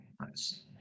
Nice